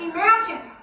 Imagine